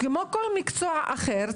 כמו כל מקצוע אחר,